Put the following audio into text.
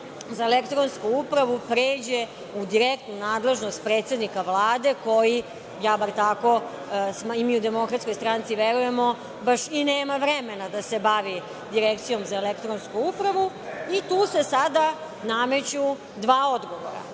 za elektronsku upravu pređe u direktnu nadležnost predsednika Vlade koji, ja bar tako, a i mi u DS, verujemo baš i nema vremena da se bavi Direkcijom za elektronsku upravu? Tu se sada nameću dva odgovora.